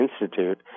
Institute